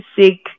sick